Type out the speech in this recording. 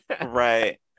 right